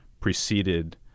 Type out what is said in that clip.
preceded